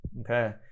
okay